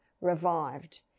revived